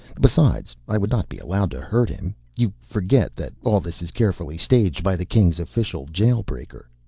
besides, i would not be allowed to hurt him. you forget that all this is carefully staged by the king's official jail-breaker.